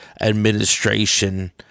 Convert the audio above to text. administration